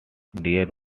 dear